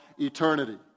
eternity